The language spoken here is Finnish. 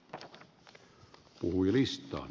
arvoisa herra puhemies